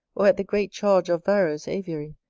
or at the great charge of varro's aviary,